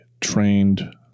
trained